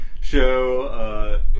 show